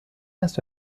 است